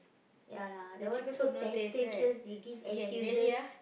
ya lah the one so test tasteless he give excuses